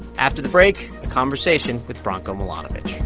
after the break, a conversation with branko milanovic